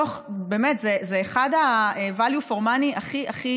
באמת זה אחד ה-value for money הכי הכי